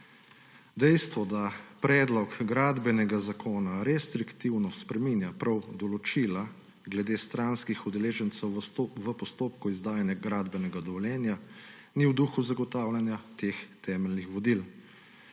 Dejstvo, da predlog gradbenega zakona restriktivno spreminja prav določila glede stranskih udeležencev v postopku izdajanja gradbenega dovoljenja, ni v duhu zagotavljanja teh temeljnih vodil.